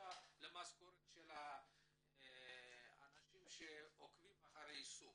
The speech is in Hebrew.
למשכורות של האנשים שעוקבים אחרי היישום,